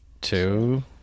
Two